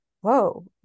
whoa